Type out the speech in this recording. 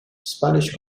spanish